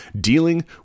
dealing